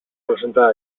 presentar